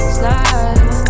slide